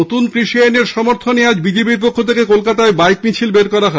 নতুন কষি আইনের সমর্থনে বিজেপি র পক্ষ থেকে আজ কলকাতায় বাইক মিছিল বের করা হয়